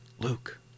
Luke